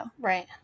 Right